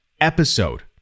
episode